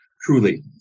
truly